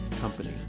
Company